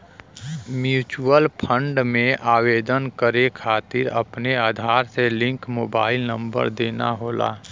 mutual fund में आवेदन करे खातिर अपने आधार से लिंक मोबाइल नंबर देना होला